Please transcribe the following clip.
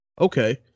Okay